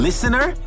Listener